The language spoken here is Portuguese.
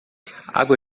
água